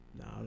No